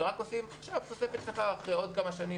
ורק עושים תוספת שכר ואחרי עוד כמה שנים